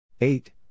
eight